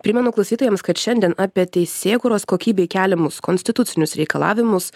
primenu klausytojams kad šiandien apie teisėkūros kokybei keliamus konstitucinius reikalavimus